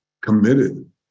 committed